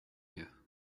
here